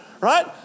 right